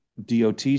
DOT